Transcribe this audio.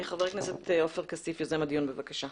חבר הכנסת עופר כסיף, יוזם הדיון, בבקשה.